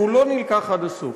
והוא לא נלקח עד הסוף.